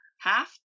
half